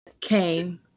came